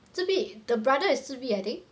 自闭 the brother is 自闭 I think